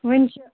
وٕنۍ چھِ